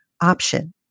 option